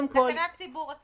תקנת ציבור זה